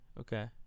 Okay